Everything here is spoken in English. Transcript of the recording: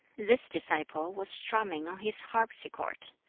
this disciple was strumming on his harpsichord,